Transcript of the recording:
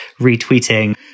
retweeting